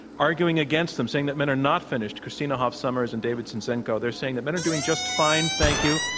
arguing against them, saying that men are not finished, christina hoff sommers and david zinczenko. they're saying that men are doing just fine, thank you,